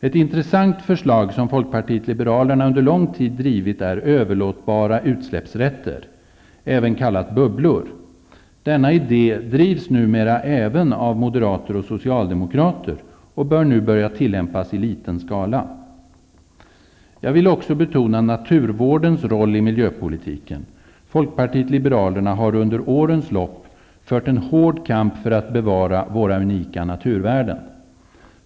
Ett intressant förslag som folkpartiet liberalerna under lång tid drivit är ''överlåtbara utsläppsrätter'', även kallat ''bubblor''. Denna idé drivs numera även av moderater och socialdemokrater och bör nu börja tillämpas i liten skala. Jag vill också betona naturvårdens roll i miljöpolitiken. Folkpartiet liberalerna har under årens lopp fört en hård kamp för att bevara våra unika naturvärden.